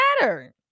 matter